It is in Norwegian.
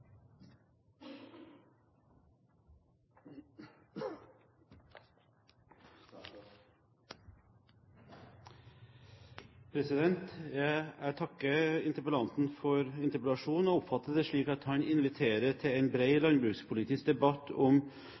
Jeg takker interpellanten for interpellasjonen og oppfatter det slik at han inviterer til en bred landbrukspolitisk debatt om